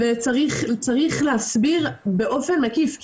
צריך להסביר באופן מקיף.